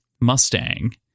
mustang